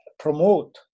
promote